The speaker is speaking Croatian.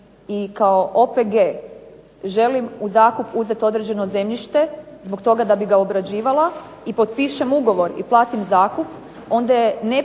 i kao OPG želim u zakup uzeti određeno zemljište zbog toga da bih ga obrađivala i potpišem ugovor i platim zakup